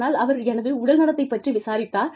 ஆனால் அவர் எனது உடல் நலத்தைப் பற்றை விசாரித்தார்